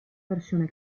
versione